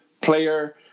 player